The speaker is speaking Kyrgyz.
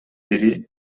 бири